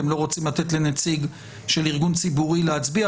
אתם לא רוצים לתת לנציג של ארגון ציבורי להצביע,